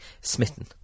Smitten